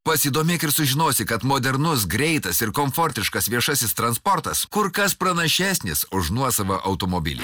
pasidomėk ir sužinosi kad modernus greitas ir komfortiškas viešasis transportas kur kas pranašesnis už nuosavą automobilį